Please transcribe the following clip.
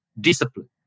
discipline